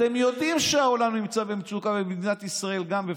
אתם יודעים שהעולם נמצא במצוקה וגם מדינת ישראל בפנים.